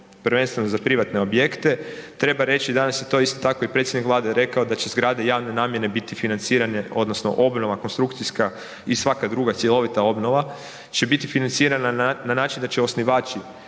prvenstveno za privatne objekte. Treba reći, danas je to, isto tako i predsjednik Vlade rekao, da će zgrade javne nabave biti financirane, odnosno obnova, konstrukcijska i svaka druga cjelovita obnova će biti financirana na način da će osnivači